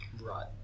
Right